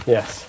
Yes